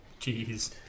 Jeez